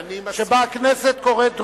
שבו הכנסת קוראת דרור,